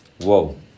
Whoa